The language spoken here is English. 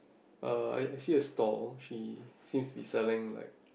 uh I I see a stall she seems to be selling like